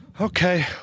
Okay